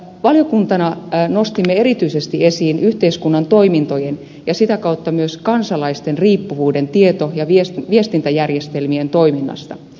valiokuntana nostimme erityisesti esiin yhteiskunnan toimintojen ja sitä kautta myös kansalaisten riippuvuuden tieto ja viestintäjärjestelmien toiminnasta